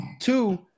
Two